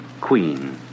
Queen